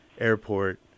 Airport